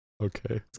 Okay